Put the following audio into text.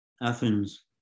Athens